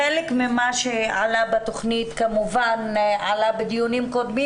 חלק ממה שעלה בתכנית כמובן עלה בדיונים קודמים,